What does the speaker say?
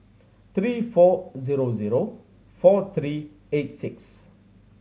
three four zero zero four three eight six